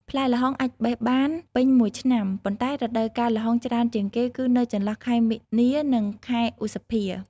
ផ្លែល្ហុងអាចបេះបានពេញមួយឆ្នាំ ប៉ុន្តែរដូវកាលល្ហុងច្រើនជាងគេគឺនៅចន្លោះខែមីនា និងខែឧសភា។